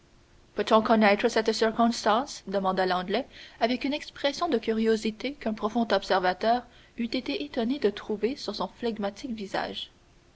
on connaître cette circonstance demanda l'anglais avec une expression de curiosité qu'un profond observateur eût été étonné de trouver sur son flegmatique visage